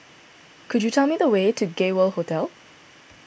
could you tell me the way to Gay World Hotel